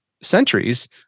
centuries